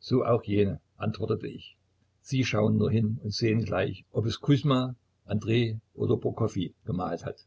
so auch jene antwortete ich sie schauen nur hin und sehen gleich ob es kusjma andrej oder prokofij gemalt hat